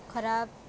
ଖରାପ